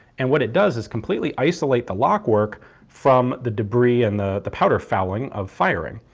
and what it does is completely isolate the lock work from the debris and the the powder fouling of firing.